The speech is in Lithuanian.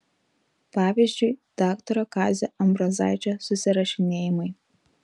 pavyzdžiui daktaro kazio ambrozaičio susirašinėjimai